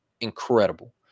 incredible